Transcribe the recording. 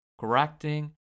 correcting